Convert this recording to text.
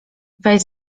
weź